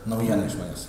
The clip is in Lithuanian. naujiena iš manęs